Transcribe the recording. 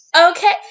Okay